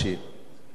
תשאלו,